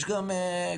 יש גם קורבנות